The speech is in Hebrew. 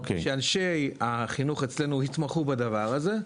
שאנשי החינוך אצלנו התמחו בדבר הזה,